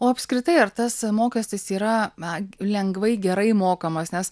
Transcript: o apskritai ar tas mokestis yra na lengvai gerai mokamas nes